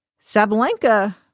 Sabalenka